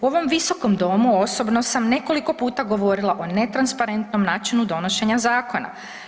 U ovom visokom domu osobno sam nekoliko puta govorila o netransparentnom načinu donošenja zakona.